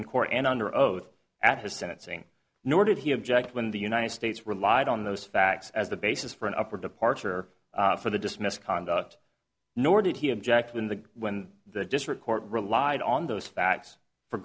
open court and under oath at his sentencing nor did he object when the united states relied on those facts as the basis for an up or departure for the dismissed conduct nor did he object when the when the district court relied on those facts for